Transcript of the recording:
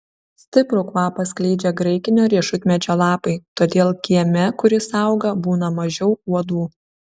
stiprų kvapą skleidžia graikinio riešutmedžio lapai todėl kieme kur jis auga būna mažiau uodų